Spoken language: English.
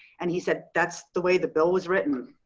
and he said, that's the way the bill was written.